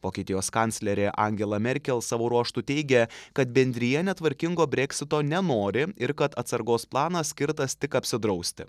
vokietijos kanclerė angela merkel savo ruožtu teigia kad bendrija netvarkingo breksito nenori ir kad atsargos planas skirtas tik apsidrausti